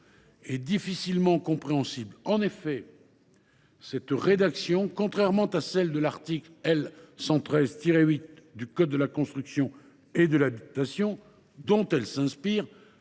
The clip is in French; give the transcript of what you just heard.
et difficilement compréhensible. En effet, cette rédaction, contrairement à celle de l’article L. 113 8 du code de la construction et de l’habitation – dont elle s’inspire